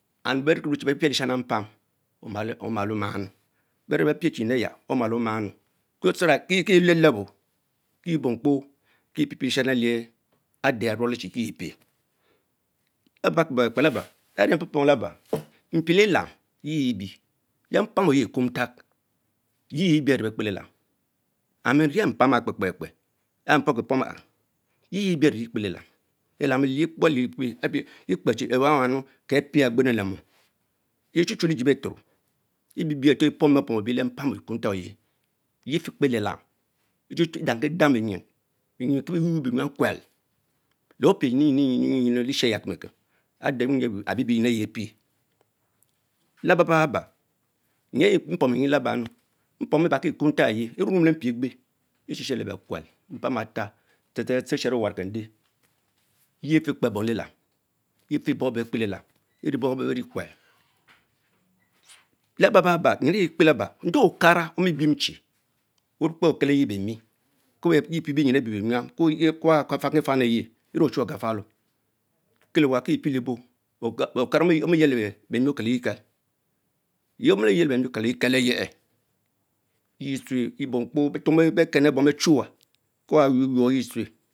And beriekie rue chi bey pielesham mpam, omalo. maamu, berme Cin bebichnyin ayah on bie elelebor kiezie bomkpo kigi omalemannu so tist youie nyin ehh ader amele chi kie pien, labalepekpe Laba mpie. Glam yeeh ebre, beh mpan over Okumtak yeh ebie ane bekpelelan and wiener mpam aha kpekpekpe ahh pomki pom aha tie bie amee bekpeletan, lelameheyekpo aliexpe enechie lewanwan ken pien agbenn le mom, teh chuctin lechie beturo yie bie bie ave pomu beh pom Leh mpam kumitale oyen, yeh fitspeleta eternchu edomki dang benym kie bee yuryum enyam kuel, Leshera ekemekem ade wimper, reopie nyingi abi bee myin eyeh apiale Laba baba mpomu nyinu laba mumu mpomu mbarki Ekemmtale eyea, erummmu le mpieqbe esheshero lekeknel mpany attah, treh treh tsch retshero owankende, yea filepe bom lelam yie fie bom eber beh kepeklam, erie bom ebeh kuel, 9b9b9-ba nyintech kpe Laba njie akang Dibyn Chie okpekelere bemine koh pie benyn aubenyom and Kelta fangkifaniyeh eme acuole agafalo, Kelewah kie pielebo okara ommyebly bemie Okeleyika, yen omeleyelie bemie Ckeleyeke eve yeah tone rebomkpo betnom bekenebom betchuwa Kewa yuuynow he chue.